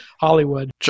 Hollywood